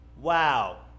Wow